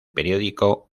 periódico